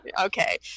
Okay